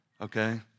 Okay